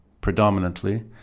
predominantly